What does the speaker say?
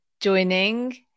joining